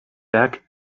back